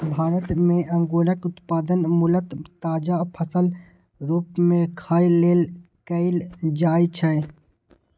भारत मे अंगूरक उत्पादन मूलतः ताजा फलक रूप मे खाय लेल कैल जाइ छै